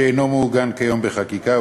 שאינו מעוגן כיום בחקיקה,